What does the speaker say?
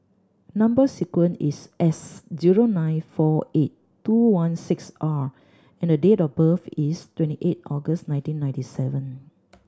number sequence is S zero nine four eight two one six R and date of birth is twenty eight August nineteen ninety seven